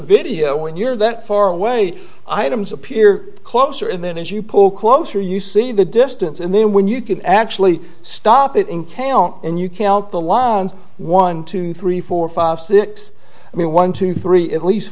video when you're that far away items appear closer and then as you pull closer you see the distance and then when you can actually stop it in k l and you count the lines one two three four five six i mean one two three at least